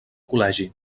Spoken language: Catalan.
col·legi